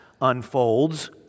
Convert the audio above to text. unfolds